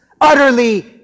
utterly